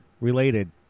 related